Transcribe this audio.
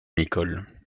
nicholl